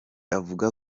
avuga